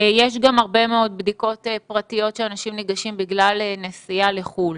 יש גם הרבה בדיקות פרטיות שאנשים ניגשים לעשותן בגלל נסיעה לחו"ל,